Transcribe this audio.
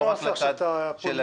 לא רק לצד של הנגד,